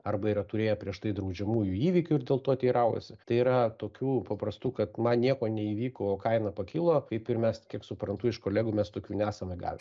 arba yra turėję prieš tai draudžiamųjų įvykių ir dėl to teiraujasi tai yra tokių paprastų kad man nieko neįvyko o kaina pakilo kaip ir mes kiek suprantu iš kolegų mes tokių nesame gavę